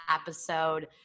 episode